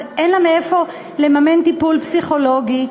אז אין לה מאיפה לממן טיפול פסיכולוגי,